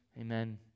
Amen